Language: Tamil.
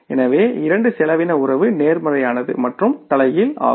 எனவே இரண்டு செலவின உறவு நேர்மறையானது மற்றும் தலைகீழ் ஆகும்